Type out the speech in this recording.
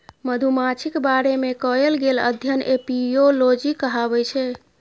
मधुमाछीक बारे मे कएल गेल अध्ययन एपियोलाँजी कहाबै छै